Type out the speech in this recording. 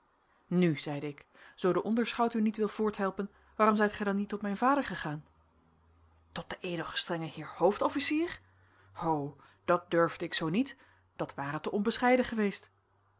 nu zeide ik zoo de onderschout u niet wil voorthelpen waarom zijt gij dan niet tot mijn vader gegaan tot den ed gestr heer hoofdofficier ho dat durfde ik zoo niet dat ware te onbescheiden geweest